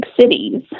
cities